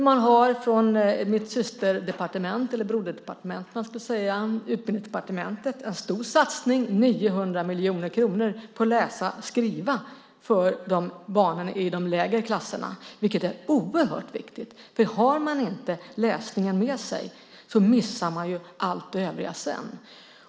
Man gör i mitt broderdepartement Utbildningsdepartementet en stor satsning, 900 miljoner kronor, på att läsa och skriva för barnen i de lägre klasserna, vilket är oerhört viktigt. Har man inte läsningen med sig missar man ju allt det övriga sedan.